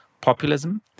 populism